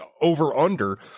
over-under